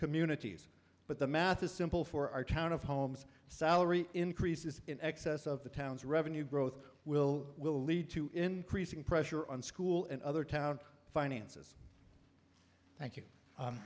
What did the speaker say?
communities but the math is simple for our town of homes salary increases in excess of the town's revenue growth will will lead to increasing pressure on school and other town finances thank you